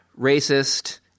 racist